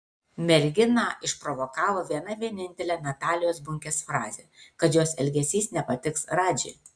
merginą išprovokavo viena vienintelė natalijos bunkės frazė kad jos elgesys nepatiks radži